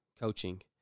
coaching